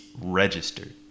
registered